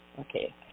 Okay